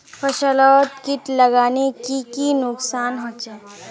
फसलोत किट लगाले की की नुकसान होचए?